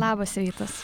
labas rytas